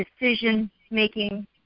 decision-making